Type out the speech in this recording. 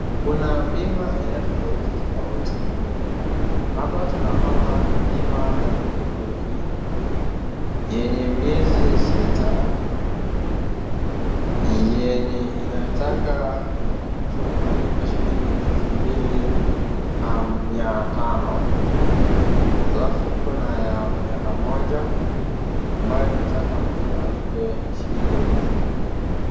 Kuna bima aina tofautitofauti. Hapa tunaona bima ya pikipiki yenye miezi sita, yenye inataka mtu alipe shilingi elfu mbili na mia tano halafu kuna ya miaka moja ambayo inataka mtu alipe shilingi elfu nne.